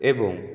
ଏବଂ